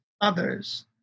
others